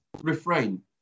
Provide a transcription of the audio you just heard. refrain